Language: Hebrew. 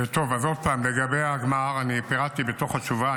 אז עוד פעם, לגבי ההגמ"ר, אני פירטתי בתוך התשובה.